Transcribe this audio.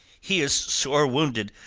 he is sore wounded.